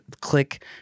click